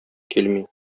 килми